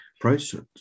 process